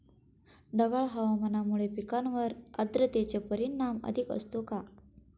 ढगाळ हवामानामुळे पिकांवर आर्द्रतेचे परिणाम अधिक असतो का?